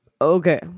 okay